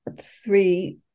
three